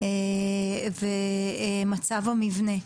ומצב המבנה.